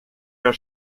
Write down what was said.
der